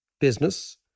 business